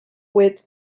wits